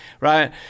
right